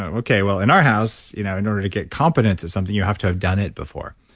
okay, well in our house you know in order to get competent at something you have to have done it before,